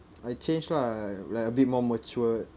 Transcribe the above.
I change lah like a bit more matured